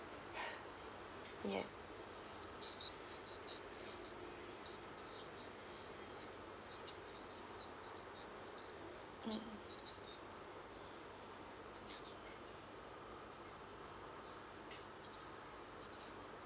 ya mm